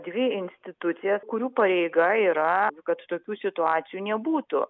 dvi institucijas kurių pareiga yra kad tokių situacijų nebūtų